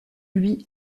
lui